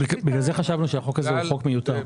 לכן חשבנו שהחוק הזה הוא חוק מיותר.